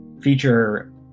feature